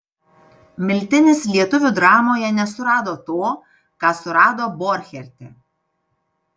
miltinis lietuvių dramoje nesurado to ką surado borcherte